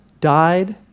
died